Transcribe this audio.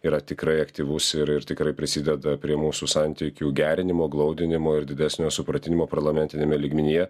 yra tikrai aktyvus ir ir tikrai prisideda prie mūsų santykių gerinimo glaudinimo ir didesnio supratimo parlamentiniame lygmenyje